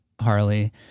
Harley